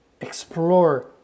explore